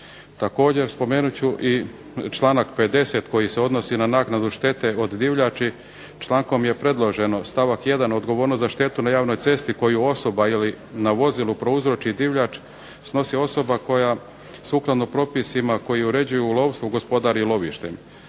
Također spomenut ću i članak 50. koji se odnosi na naknadu štete od divljači. Člankom je predloženo stavak 1. "Odgovornost za štetu na javnoj cesti koju osoba ili na vozilu prouzroči divljač snosi osoba koja sukladno propisima koji uređuju lovstvo, gospodar i lovištem".